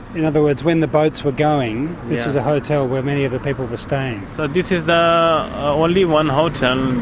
in other words, when the boats were going, this was a hotel where many of the people were staying. so this is only one hotel,